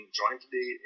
jointly